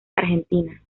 argentina